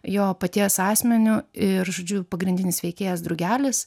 jo paties asmeniu ir žodžiu pagrindinis veikėjas drugelis